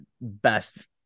best